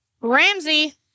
Ramsey